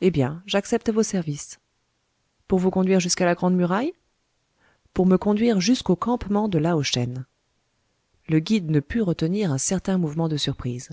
eh bien j'accepte vos services pour vous conduire jusqu'à la grande muraille pour me conduire jusqu'au campement de lao shen le guide ne put retenir un certain mouvement de surprise